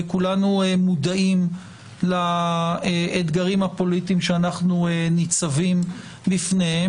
וכולנו מודעים לאתגרים שאנחנו ניצבים בפניהם,